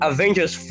Avengers